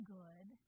good